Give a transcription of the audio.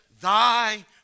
thy